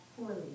poorly